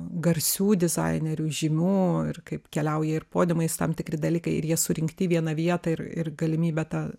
garsių dizainerių žymių ir kaip keliauja ir podiumais tam tikri dalykai ir jie surinkti į vieną vietą ir ir galimybę tą